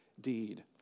deed